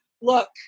look